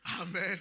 Amen